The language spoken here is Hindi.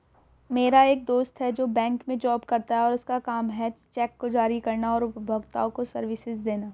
मेरा एक दोस्त है जो बैंक में जॉब करता है और उसका काम है चेक को जारी करना और उपभोक्ताओं को सर्विसेज देना